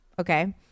Okay